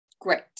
Great